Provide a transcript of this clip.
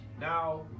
now